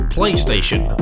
PlayStation